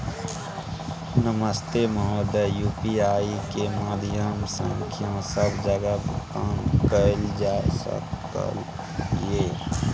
नमस्ते महोदय, यु.पी.आई के माध्यम सं सब जगह भुगतान कैल जाए सकल ये?